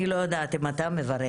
אני לא יודעת אם אתה מברך,